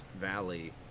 valley